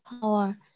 power